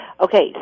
Okay